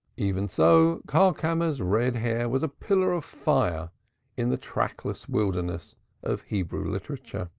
even so karlkammer's red hair was a pillar of fire in the trackless wilderness of hebrew literature.